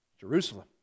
Jerusalem